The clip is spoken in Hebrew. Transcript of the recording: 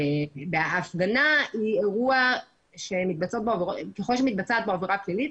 הפגנה היא אירוע שככל שמתבצעת בה עבירה פלילית,